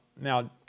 Now